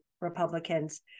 Republicans